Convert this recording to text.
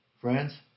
Friends